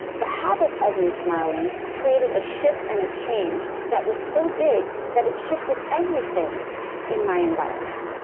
the habit of me smiling created a shift and a change that was so big that it shifted everything in my environment.